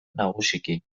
nagusiki